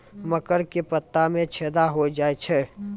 मकर के पत्ता मां छेदा हो जाए छै?